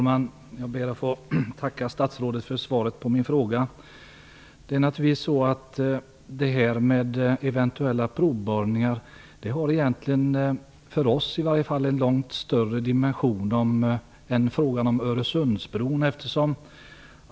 Herr talman! Jag ber att få tacka statsrådet för svaret på min fråga. Eventuella provborrningar har för oss en långt större dimension än frågan om Öresundsbron.